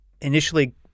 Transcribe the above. initially